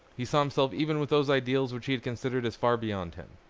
he saw himself even with those ideals which he had considered as far beyond him.